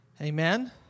Amen